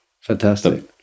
Fantastic